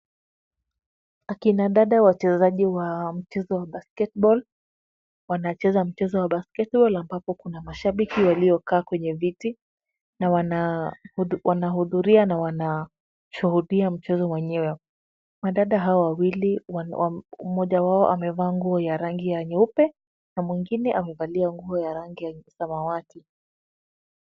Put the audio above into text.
Akina dada wachezaji wa mchezo wa basketball wanacheza mchezo wa basketball ambapo kuna mashabiki waliokaa kwenye viti na wanahudhuria na wanashuhudia mchezo wenyewe. Wadada hawa wawili, mmoja wao amevaa nguo ya rangi ya nyeupe na mwingine amevalia nguo ya rangi ya samawati.